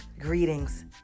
Greetings